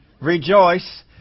rejoice